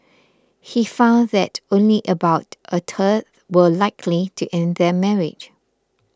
he found that only about a third were likely to end their marriage